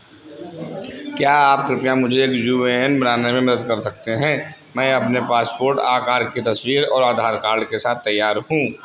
क्या आप कृपया मुझे एक यू ए एन बनाने में मदद कर सकते हैं मैं अपने पासपोर्ट आकार की तस्वीर और आधार कार्ड के साथ तैयार हूँ